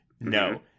No